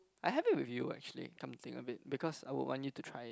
I have it with you actually come to think of it because I would want you to try it